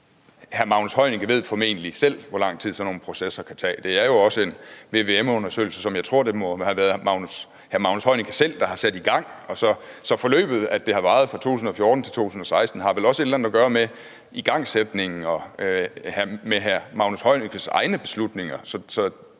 Hr. Magnus Heunicke ved formentlig selv, hvor lang tid sådan nogle processer kan tage. Det er jo også en VVM-undersøgelse, som jeg tror hr. Magnus Heunicke selv må have sat i gang, så forløbet, at det har varet fra 2014 til 2016, har vel også et eller andet at gøre med igangsætningen og med hr. Magnus Heunickes egne beslutninger.